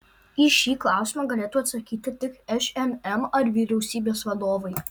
į šį klausimą galėtų atsakyti tik šmm ar vyriausybės vadovai